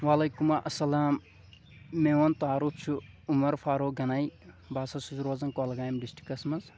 وعلیکم اسلام میون تعارُف چھُ عُمر فاروق گنایی بہٕ ہسا چھپس روزان کۄلگامہِ ڈسٹکس منٛز